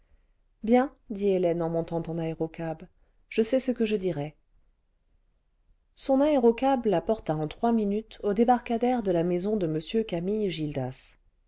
bien dit hélène en montant en aérocab je sais ce que je dirai son aérocab la porta en trois minutes au débarcadère de la maison de m camille gildas